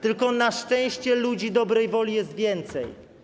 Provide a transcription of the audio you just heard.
Tylko na szczęście ludzi dobrej woli jest więcej.